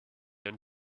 and